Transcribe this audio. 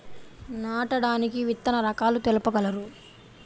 నాటడానికి విత్తన రకాలు తెలుపగలరు?